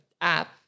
app